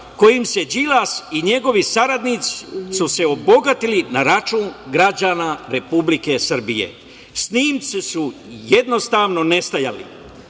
kojim su se Đilas i njegovi saradnici obogatili na račun građana Republike Srbije. Snimci su jednostavno nestajali,